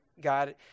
God